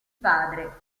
padre